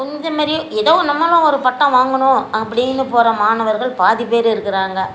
கொஞ்சம் மாரி ஏதோ நம்மளும் ஒரு பட்டம் வாங்கணும் அப்படின்னு போகிற மாணவர்கள் பாதி பேர் இருக்கிறாங்க